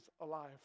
alive